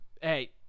Hey